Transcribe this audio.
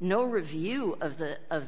no review of the of